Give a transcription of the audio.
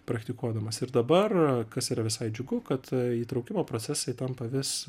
praktikuodamas ir dabar kas yra visai džiugu kad įtraukimo procesai tampa vis